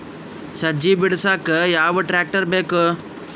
ಸಜ್ಜಿ ಬಿಡಸಕ ಯಾವ್ ಟ್ರ್ಯಾಕ್ಟರ್ ಬೇಕು?